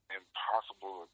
impossible